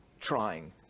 trying